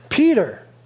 Peter